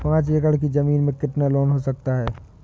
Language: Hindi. पाँच एकड़ की ज़मीन में कितना लोन हो सकता है?